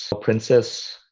princess